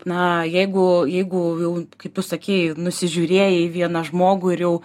na jeigu jeigu jau kaip tu sakei nusižiūrėjai į vieną žmogų ir jau